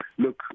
look